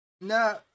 No